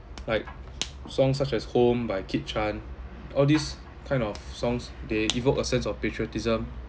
like songs such as home by kit chan all this kind of songs they evoke a sense of patriotism